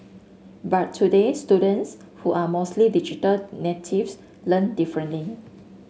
but today students who are mostly digital natives learn differently